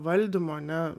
valdymo ne